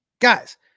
Guys